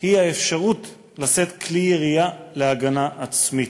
היא האפשרות לשאת כלי ירייה להגנה עצמית.